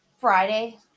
Friday